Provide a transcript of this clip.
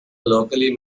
locally